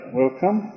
welcome